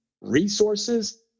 resources